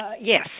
Yes